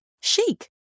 Chic